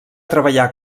treballar